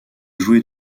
jouer